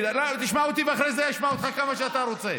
תשמע אותי ואחרי זה אני אשמע אותך כמה שאתה רוצה.